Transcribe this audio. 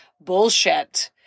bullshit